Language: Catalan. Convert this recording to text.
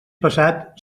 passat